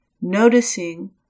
noticing